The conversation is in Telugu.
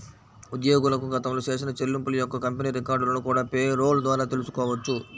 ఉద్యోగులకు గతంలో చేసిన చెల్లింపుల యొక్క కంపెనీ రికార్డులను కూడా పేరోల్ ద్వారా తెల్సుకోవచ్చు